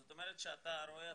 זאת אומרת שאתה רואה,